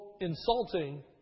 insulting